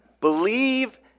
Believe